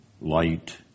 light